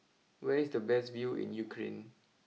where is the best view in Ukraine